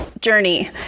journey